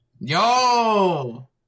Yo